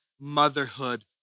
motherhood